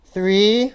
Three